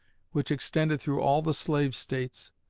which extended through all the slave states,